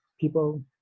people